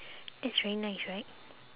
that's very nice right